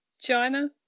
China